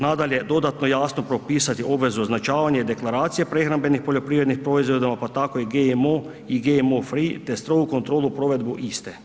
Nadalje, dodatno jasno propisati obvezu označavanja i deklaracije prehrambenih poljoprivrednih proizvoda, pa tako i GMO i GMO free te strogu kontrolu provedbu iste.